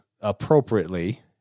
appropriately